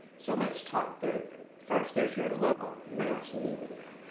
so let's talk through them. first, there's your local mass media.